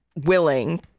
willing